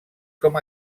com